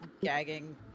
gagging